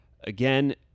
Again